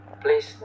please